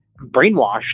brainwashed